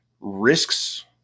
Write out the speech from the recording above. risks